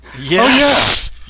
Yes